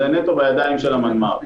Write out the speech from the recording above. זה נטו בידיים של המנמ"ר.